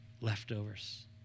leftovers